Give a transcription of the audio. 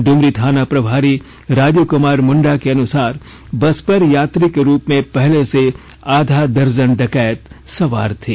इमरी थाना प्रभारी राजू कुमार मुंडा के अनुसार बस पर यात्री के रूप में पहले से आधा दर्जन डकैत सवार थे